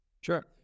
Sure